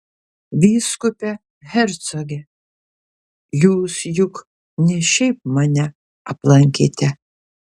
vyskupe hercoge jūs juk ne šiaip mane aplankėte